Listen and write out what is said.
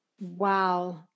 Wow